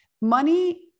Money